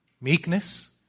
meekness